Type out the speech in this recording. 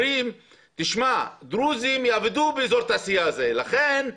אומרים שדרוזים יעבדו באזור התעשייה הזה,